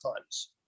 times